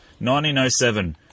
1907